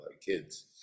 kids